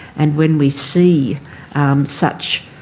and when we see such